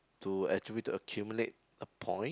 to actually accumulate a point